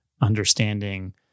understanding